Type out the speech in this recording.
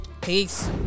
Peace